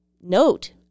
Note